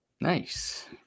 Nice